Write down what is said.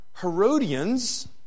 Herodians